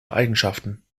eigenschaften